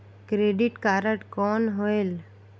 Credit card कौन होएल?